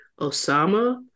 Osama